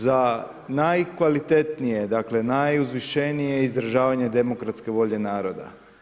Za najkvalitetnije, dakle najuzvišenije izražavanje demokratske volje naroda.